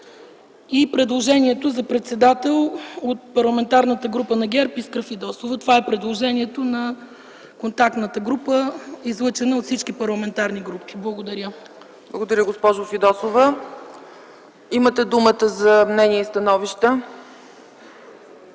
Предложението за председател от парламентарната група на ГЕРБ е за Искра Фидосова. Това е предложението на контактната група, излъчена от всички парламентарни групи. ПРЕДСЕДАТЕЛ ЦЕЦКА ЦАЧЕВА: Благодаря, госпожо Фидосова. Имате думата за мнения и становища